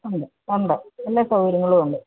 ഉണ്ട് ഉണ്ട് എല്ലാ സൗകര്യങ്ങളുമുണ്ട്